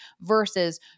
versus